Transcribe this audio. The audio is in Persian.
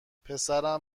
پسرم